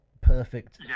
perfect